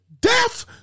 death